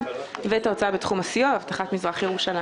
ואת ההוצאה בתחום הסיוע ולאבטחת מזרח ירושלים.